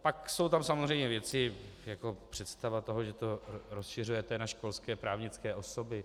Pak jsou tam samozřejmě věci jako představa toho, že to rozšiřujete na školské právnické osoby.